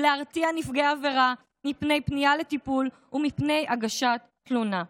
ולהרתיע נפגעי עבירה מפני פנייה לטיפול או מפני הגשת תלונה".